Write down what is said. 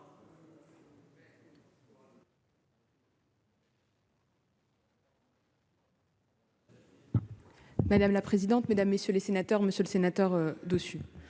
Madame la présidente, mesdames, messieurs les sénateurs, Monsieur le Sénateur dessus.